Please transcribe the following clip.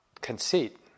conceit